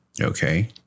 Okay